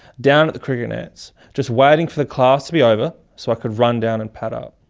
down at the cricket nets, just waiting for the class to be over so i could run down and pad up.